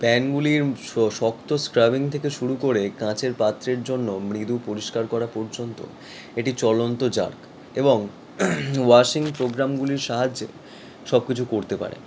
প্যানগুলির শক্ত স্ক্রাবিং থেকে শুরু করে কাঁচের পাত্রের জন্য মৃদু পরিষ্কার করা পর্যন্ত এটি চলন্ত যারক এবং ওয়াশিং প্রোগ্রামগুলির সাহায্যে সব কিছু করতে পারে